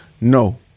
No